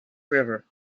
river